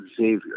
Xavier